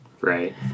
Right